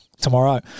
tomorrow